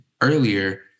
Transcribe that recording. earlier